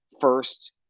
first